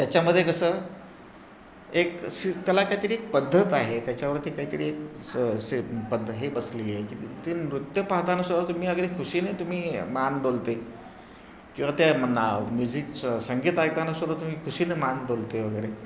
त्याच्यामध्ये कसं एक सी त्याला काही तरी एक पद्धत आहे त्याच्यावरती काही तरी एक सं से पद्धत हे बसलेली आहे की ते नृत्य पाहताना सुद्धा तुम्ही अगदी खुशीने तुम्ही मान डोलते किंवा त्या ना म्युझिक संगीत ऐकतान सुद्धा तुम्ही खुशीने मान डोलते वगैरे